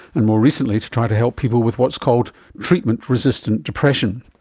and more recently to try to help people with what's called treatment resistant depression.